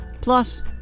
Plus